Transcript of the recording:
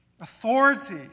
Authority